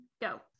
go